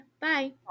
Bye